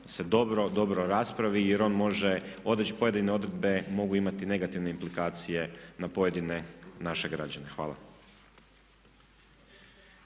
se dobro, dobro raspravi jer on može, pojedine odredbe mogu imati negativne implikacije na pojedine naše građane. Hvala.